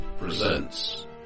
presents